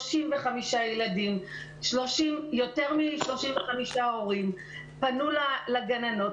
35 ילדים, יותר מ-35 הורים פנו לגננות.